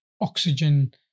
oxygen